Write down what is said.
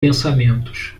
pensamentos